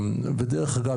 ודרך אגב,